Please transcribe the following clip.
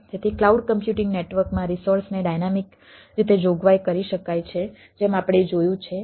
તેથી cloud computing નેટવર્કમાં રિસોર્સને ડાઈનેમિક રીતે જોગવાઈ કરી શકાય છે જેમ આપણે જોયું છે